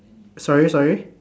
sorry sorry